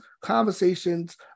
conversations